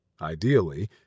Ideally